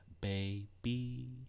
baby